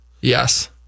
Yes